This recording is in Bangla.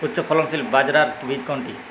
উচ্চফলনশীল বাজরার বীজ কোনটি?